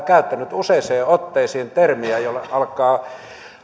käyttänyt useaan otteeseen termiä jolla alkaa